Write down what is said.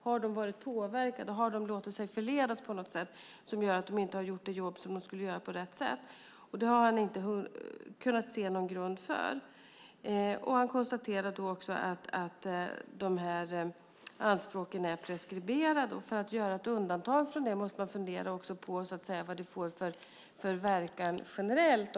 Har de varit påverkade, och har de låtit sig förledas på något sätt som gör att de inte har gjort det jobb som de skulle göra på rätt sätt? Det har han inte kunnat se någon grund för. Han konstaterar också att dessa anspråk är preskriberade. För att göra ett undantag från det måste man också fundera på vad det får för verkan generellt.